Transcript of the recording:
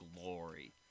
glory